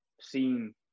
seen